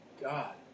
God